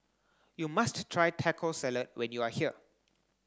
you must try Taco Salad when you are here